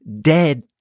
dead